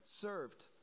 served